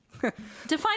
define